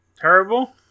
terrible